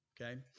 okay